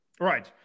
Right